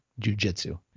jujitsu